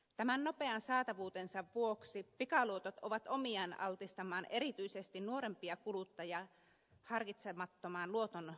tämän nopean saatavuutensa vuoksi pikaluotot ovat omiaan altistamaan erityisesti nuorempia kuluttajia harkitsemattomaan luotonottoon